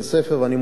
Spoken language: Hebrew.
ואני מודה לך,